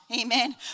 Amen